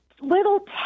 little